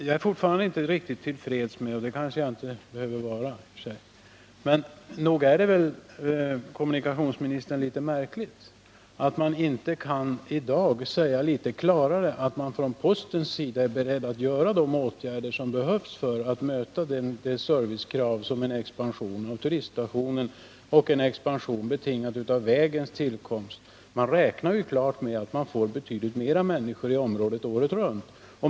Jagär fortfarande inte riktigt till freds — och det behöver jag kanske i och för sig inte vara. Men nog är det, kommunikationsministern, litet märkligt att man inte i dag kan säga litet klarare att postverket är berett att vidta de åtgärder som behövs för att möta det servicekrav som uppstår genom en expansion av turiststationen och en expansion som är betingad av vägens tillkomst. Man räknar ju med att det blir betydligt mer människor i området året runt.